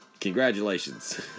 congratulations